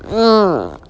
uh